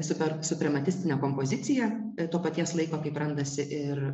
super suprematistinę kompoziciją to paties laiko kaip randasi ir